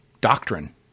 doctrine